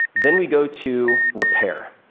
then we go to repair.